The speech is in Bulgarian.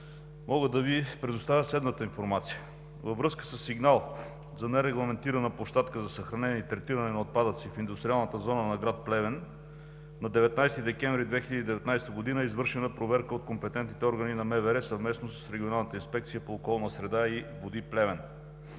мога да Ви предоставя следната информация. Във връзка със сигнала за нерегламентирана площадка за съхранение и третиране на отпадъци в Индустриалната зона на град Плевен на 19 декември 2019 г. е извършена проверка от компетентните органи на МВР съвместно с Регионалната инспекция по околна среда и води – Плевен.